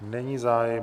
Není zájem.